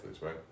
right